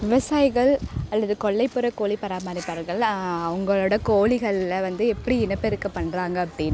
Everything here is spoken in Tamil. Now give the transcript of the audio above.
விவசாயிகள் அல்லது கொல்லைப்புற கோழி பராமரிப்பாளர்கள் அவங்களோட கோழிகள வந்து எப்படி இனப்பெருக்கம் பண்ணுறாங்க அப்படின்னா